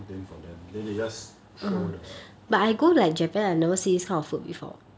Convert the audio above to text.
then for them then they just throw the